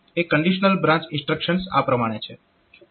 એ conditional branch instructions આ પ્રમાણે છે